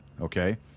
okay